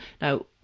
Now